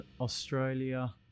Australia